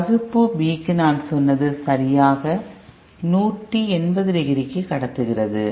வகுப்பு B க்கு நான் சொன்னது சரியாக 180 டிகிரிக்கு கடத்துகிறது